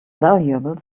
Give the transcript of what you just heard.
valuable